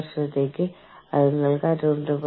ഇന്ത്യയിൽ പിൻ കോഡുകൾ ആറ് അക്കങ്ങൾ നീളമുള്ളതാണ്